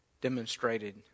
demonstrated